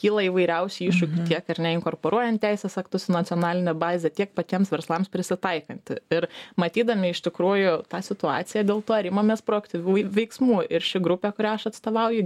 kyla įvairiausių iššūkių tiek ir neinkorporuojant teisės aktus į nacionalinę bazę tiek patiems verslams prisitaikant ir matydami iš tikrųjų tą situaciją dėl to ir imamės proaktyvių veiksmų ir ši grupė kurią aš atstovauju